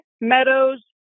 Meadows